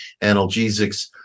analgesics